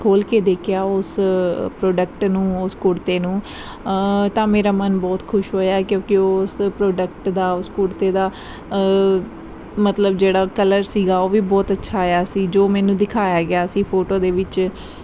ਖੋਲ੍ਹ ਕੇ ਦੇਖਿਆ ਉਸ ਪ੍ਰੋਡਕਟ ਨੂੰ ਉਸ ਕੁੜਤੇ ਨੂੰ ਤਾਂ ਮੇਰਾ ਮਨ ਬਹੁਤ ਖੁਸ਼ ਹੋਇਆ ਕਿਉਂਕਿ ਉਸ ਪ੍ਰੋਡਕਟ ਦਾ ਉਸ ਕੁੜਤੇ ਦਾ ਮਤਲਬ ਜਿਹੜਾ ਕਲਰ ਸੀਗਾ ਉਹ ਵੀ ਬਹੁਤ ਅੱਛਾ ਆਇਆ ਸੀ ਜੋ ਮੈਨੂੰ ਦਿਖਾਇਆ ਗਿਆ ਸੀ ਫੋਟੋ ਦੇ ਵਿੱਚ